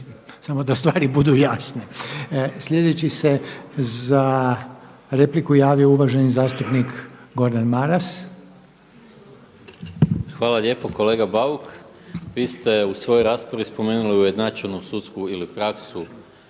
Samo da stvari budu jasne. Slijedeći se za repliku javio uvaženi zastupnik Gordan Maras. **Maras, Gordan (SDP)** Hvala lijepo. Kolega Bauk vi ste u svojoj raspravi spomenuli ujednačenu sudsku ili praksu